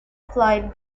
floyd